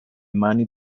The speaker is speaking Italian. mani